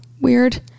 weird